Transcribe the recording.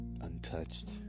untouched